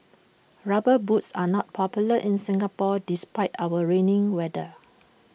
rubber boots are not popular in Singapore despite our rainy weather